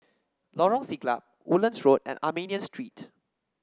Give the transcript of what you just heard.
Lorong Siglap Woodlands Road and Armenian Street